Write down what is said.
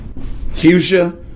fuchsia